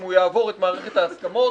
אם הוא יעבור את מערכת ההסכמות,